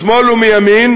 משמאל ומימין,